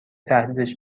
تهدیدش